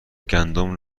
گندم